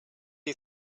you